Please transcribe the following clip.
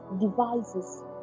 devices